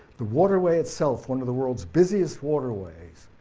the waterway itself, one of the world's busiest waterways,